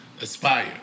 aspire